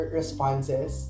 responses